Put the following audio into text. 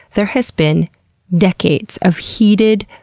there has been decades of heated,